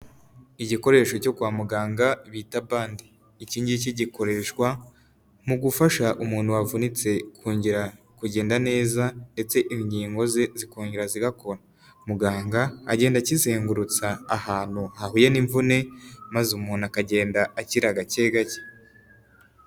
Igikoresho cyo kwa muganga bita bande ikingiki gikoreshwa mu gufasha umuntu wavunitse kongera kugenda neza ndetse ingingo ze zikongera zigakora muganga agendakizengurutsa ahantu hahuye n'imvune maze umuntu akagenda akira agake gake.